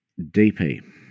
DP